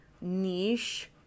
niche